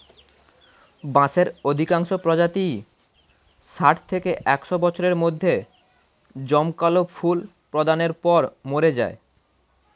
বাঁশের অধিকাংশ প্রজাতিই ষাট থেকে একশ বছরের মধ্যে জমকালো ফুল প্রদানের পর মরে যায়